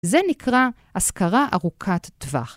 זה נקרא השכרה ארוכת טווח.